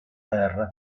terra